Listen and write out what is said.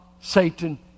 Satan